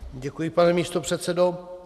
Děkuji, pane místopředsedo.